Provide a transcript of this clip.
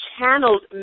channeled